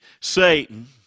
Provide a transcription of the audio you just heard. Satan